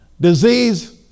disease